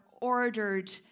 ordered